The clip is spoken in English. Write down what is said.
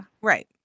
right